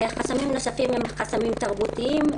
חסמים נוספים הם חסמים תרבותיים.